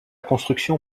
construction